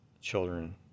children